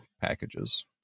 packages